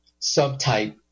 subtype